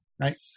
Right